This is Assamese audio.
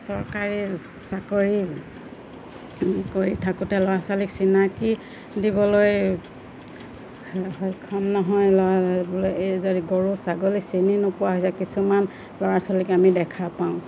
চৰকাৰী চাকৰি কৰি থাকোঁতে ল'ৰা ছোৱালীক চিনাকি দিবলৈ সক্ষম নহয় ল'ৰা গৰু ছাগলী চিনি নোপোৱা হৈছে কিছুমান ল'ৰা ছোৱালীক আমি দেখা পাওঁ